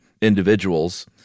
individuals